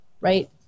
right